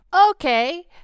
Okay